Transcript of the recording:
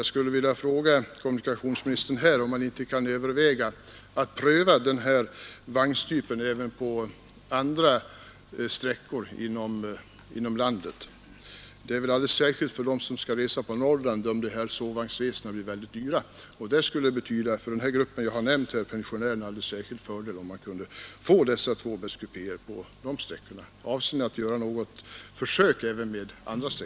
Då sovvagnsresorna blir särskilt dyra för dem som skall resa på 30 november 1972 Norrland skulle för den grupp jag nämnde, pensionärerna, det vara ———— fördelaktigt om de kunde få tvåbäddskupéer i andra klass på dessa Om ökade nordiska sträckor. Avser statsrådet att göra ett försök även med andra linjer?